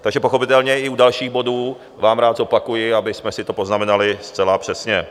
Takže pochopitelně i u dalších bodů vám rád zopakuji, abychom si to poznamenali zcela přesně.